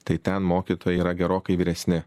tai ten mokytojai yra gerokai vyresni